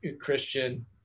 Christian